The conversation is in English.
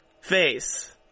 face